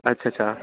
अच्छा अच्छा